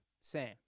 Sam